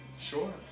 Sure